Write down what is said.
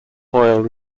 hoyle